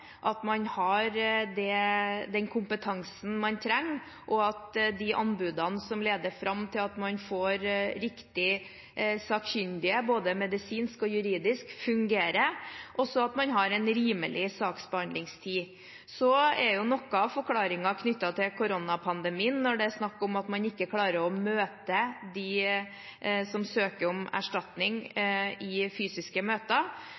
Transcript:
at man har den kompetansen man trenger, at de anbudene som leder fram til at man får riktig sakkyndig, både medisinsk og juridisk, fungerer, og at man har en rimelig saksbehandlingstid. Noe av forklaringen er knyttet til koronapandemien når det er snakk om at man ikke klarer å møte dem som søker om erstatning, i fysiske møter,